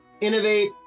innovate